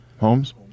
Holmes